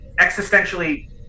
existentially